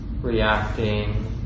reacting